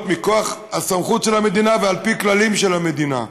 מכוח הסמכות של המדינה ועל פי כללים של המדינה.